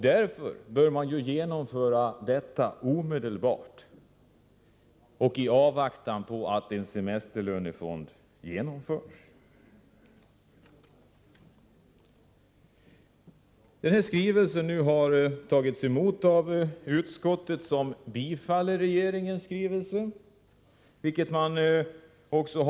Detta bör ändras omedelbart, i avvaktan på att en semesterlönefond genomförs. Regeringens skrivelse har tagits emot av utskottet, som vill lägga skrivelsen till handlingarna utan erinran.